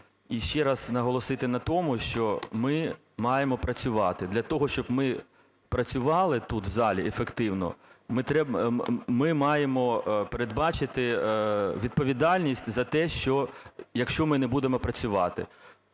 і ще раз наголосити на тому, що ми маємо працювати. Для того, щоб ми працювали тут в залі ефективно, ми маємо передбачити відповідальність за те, що якщо ми не будемо працювати.